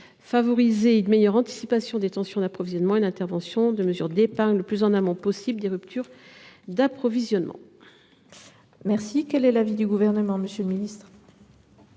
favoriser une meilleure anticipation des tensions d’approvisionnement et l’intervention de mesures d’épargne le plus en amont possible des ruptures d’approvisionnement. Quel est l’avis du Gouvernement ? La notion de risque